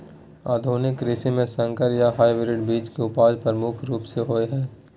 आधुनिक कृषि में संकर या हाइब्रिड बीज के उपजा प्रमुख रूप से होय हय